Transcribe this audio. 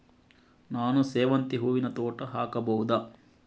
ನಾನು ಸೇವಂತಿ ಹೂವಿನ ತೋಟ ಹಾಕಬಹುದಾ?